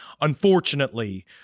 unfortunately